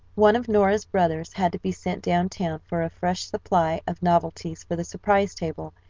one of nora's brothers had to be sent down town for a fresh supply of novelties for the surprise table,